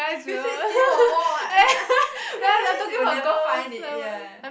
you said same or more what that that means you will never find it ya